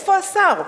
איפה השר?